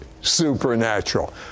supernatural